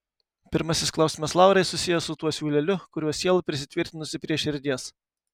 pirmasis klausimas laurai susijęs su tuo siūleliu kuriuo siela prisitvirtinusi prie širdies